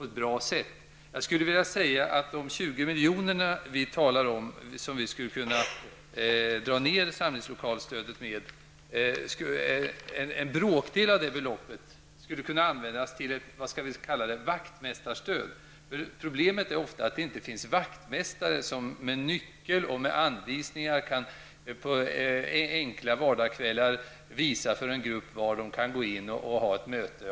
En bråkdel av de 20 miljoner som vi skulle kunna minska samlingslokalstödet med skulle kunna användas till ett vaktmästarstöd. Problemet är ofta att det inte finns vaktmästare med nyckel som vanliga vardagkvällar kan visa upp en grupp var den kan gå in och ha möte.